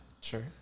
Sure